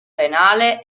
penale